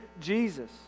Jesus